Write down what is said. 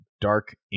dark